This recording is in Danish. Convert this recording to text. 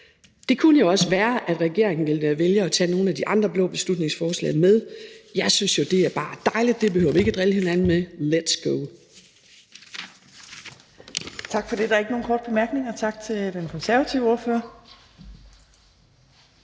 Det kunne jo også være, at regeringen ville vælge at tage nogle af de andre blå beslutningsforslag med. Jeg synes jo, at det bare er dejligt; det behøver vi ikke at drille hinanden med – let's go.